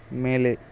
மேலே